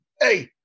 Hey